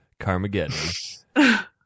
Carmageddon